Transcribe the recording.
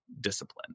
discipline